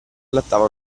allattava